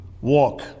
walk